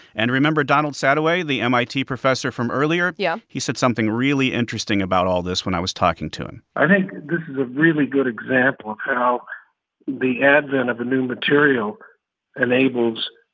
and remember donald sadoway, the mit professor from earlier? yeah he said something really interesting about all this when i was talking to him i think this is a really good example of how the advent of a new material enables